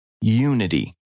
unity